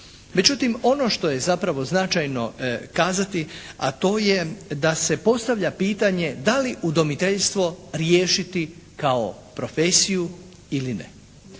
Međutim ono što je zapravo značajno kazati, a to je da se postavlja pitanje da li udomiteljstvo riješiti kao profesiju ili ne.